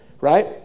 right